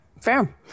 fair